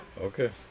Okay